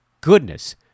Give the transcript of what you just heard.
goodness